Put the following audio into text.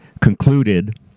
concluded